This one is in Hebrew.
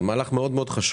זה מהלך מאוד מאוד חשוב